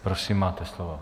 Prosím, máte slovo.